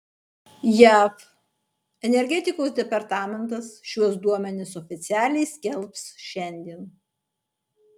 jav energetikos departamentas šiuos duomenis oficialiai skelbs šiandien